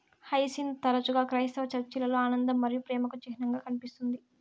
hyacinth తరచుగా క్రైస్తవ చర్చిలలో ఆనందం మరియు ప్రేమకు చిహ్నంగా కనిపిస్తుంది